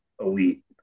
elite